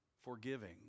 forgiving